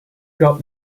got